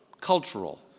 cultural